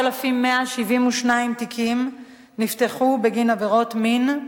4,172 תיקים נפתחו בגין עבירות מין.